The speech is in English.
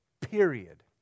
period